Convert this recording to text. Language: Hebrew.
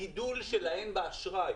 הגידול שלהן באשראי